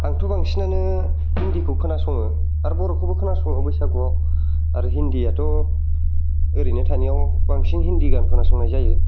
आंथ' बांसिनानो हिन्दिखौ खोनासङो आर बर' खौबो खोनासङो बैसागुआव आरो हिन्दिआथ' ओरैनो थानायाव बांसिन हिन्दि गान खोनासंनाय जायो